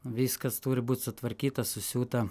viskas turi būt sutvarkyta susiūta